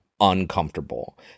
uncomfortable